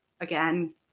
again